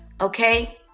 okay